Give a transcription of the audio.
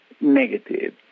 negative